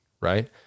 right